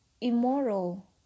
immoral